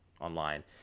online